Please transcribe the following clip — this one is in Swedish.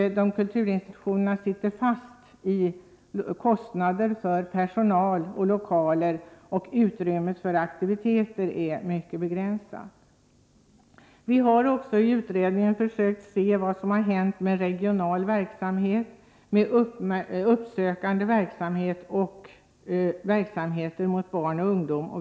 Kulturinstitutionerna sitter ju fast i kostnader för personal och lokaler, och utrymmet för aktiviteter är mycket begränsat. Vi har också i utredningen försökt se vad som har hänt med den regionala verksamheten, med den uppsökande verksamheten och verksamheter riktade till barn och ungdom.